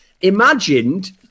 imagined